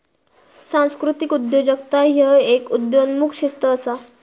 सांस्कृतिक उद्योजकता ह्य एक उदयोन्मुख शिस्त असा